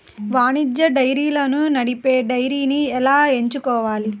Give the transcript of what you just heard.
వాణిజ్య డైరీలను నడిపే డైరీని ఎలా ఎంచుకోవాలి?